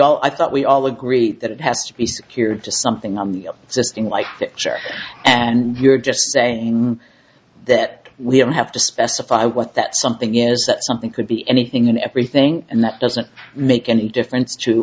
all i thought we all agree that it has to be secured to something on the system like picture and you're just saying that we don't have to specify what that something is that something could be anything and everything and that doesn't make any difference to